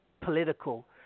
Political